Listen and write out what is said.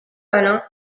alains